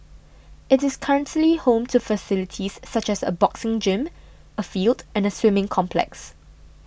it is currently home to facilities such as a boxing gym a field and a swimming complex